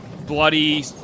Bloody